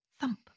thump